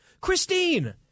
christine